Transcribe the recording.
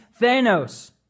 Thanos